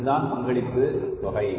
இதுதான் பங்களிப்பு தொகை